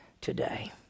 today